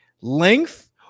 length